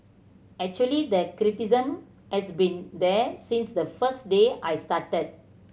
actually the criticism has been there since the first day I started